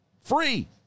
free